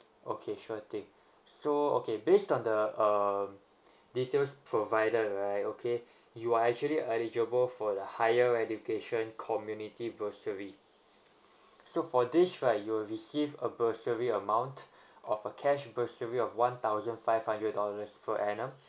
okay sure thing so okay based on the um details provided right okay you are actually eligible for the higher education community bursary so for this right you will receive a bursary amount of a cash bursary of one thousand five hundred dollars per annum